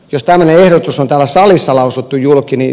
jos tämä ehdotus on täällä salissa lausuttu julkinen